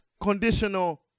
conditional